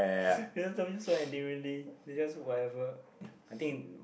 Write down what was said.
they just love you so endearingly they just whatever I think